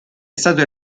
stato